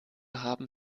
haben